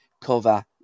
cover